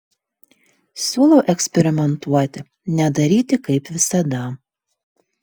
siūlau eksperimentuoti nedaryti kaip visada